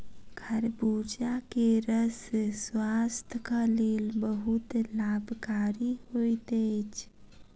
खरबूजा के रस स्वास्थक लेल बहुत लाभकारी होइत अछि